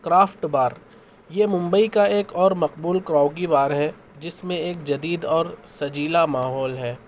craft bar یہ ممبئی کا ایک اور مقبول کراوکی بار ہے جس میں ایک جدید اور سجیلا ماحول ہے